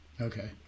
Okay